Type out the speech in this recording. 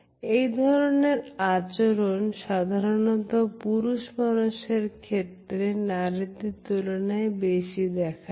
এ ধরনের আচরণ সাধারণত পুরুষ মানুষের ক্ষেত্রে নারীদের তুলনায় বেশি দেখা যায়